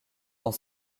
dans